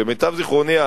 למיטב זיכרוני,